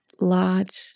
large